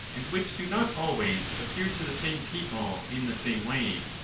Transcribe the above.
and which do not always appear to the same people in the same way,